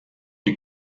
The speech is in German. die